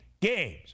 games